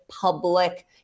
public